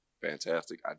fantastic